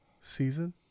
season